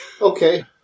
Okay